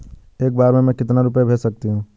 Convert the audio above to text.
एक बार में मैं कितने रुपये भेज सकती हूँ?